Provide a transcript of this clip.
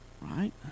Right